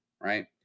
right